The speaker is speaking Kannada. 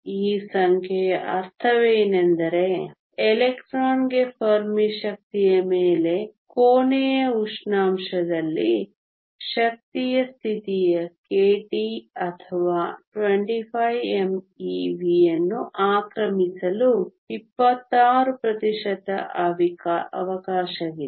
ಈ ಸಂಖ್ಯೆಯ ಅರ್ಥವೇನೆಂದರೆ ಎಲೆಕ್ಟ್ರಾನ್ಗೆ ಫೆರ್ಮಿ ಶಕ್ತಿಯ ಮೇಲೆ ಕೋಣೆಯ ಉಷ್ಣಾಂಶದಲ್ಲಿ ಶಕ್ತಿಯ ಸ್ಥಿತಿಯ kT ಅಥವಾ 25 mev ಯನ್ನು ಆಕ್ರಮಿಸಲು 26 ಪ್ರತಿಶತ ಅವಕಾಶವಿದೆ